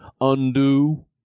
undo